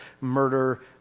murder